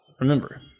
remember